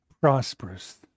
prosperous